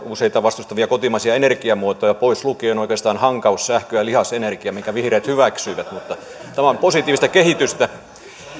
useita kotimaisia energiamuotoja vastustavia pois lukien oikeastaan hankaussähkö ja lihasenergia mitkä vihreät hyväksyivät tämä on positiivista kehitystä